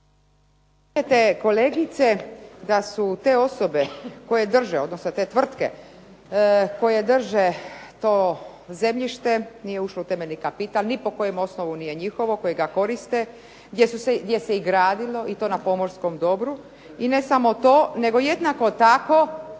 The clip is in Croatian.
Spominjete kolegice da su te osobe koje drže odnosno te tvrtke koje drže to zemljište nije ušlo u temeljni kapital, ni po kojem osnovu nije njihovo koji ga koriste gdje se i gradilo i to na pomorskom dobru. I ne samo to nego jednako tako